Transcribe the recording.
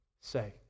say